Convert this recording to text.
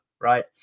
right